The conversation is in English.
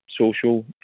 social